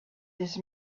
this